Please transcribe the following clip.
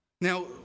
Now